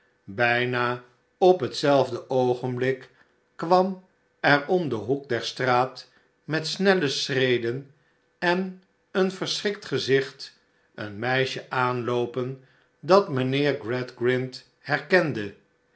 bijna op hetzelfde oogenblik kwam er om den hoek der straat met snelle schreden en een verschrikt gezicht eon meisje aanloopen dat mijnheer gradgrind herkende